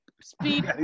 speed